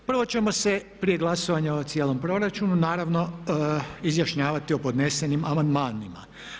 Prvo ćemo se prije glasovanja o cijelom proračunu naravno izjašnjavati o podnesenim amandmanima.